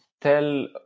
tell